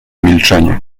milczenie